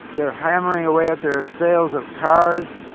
they're hammering away at their sales of cars.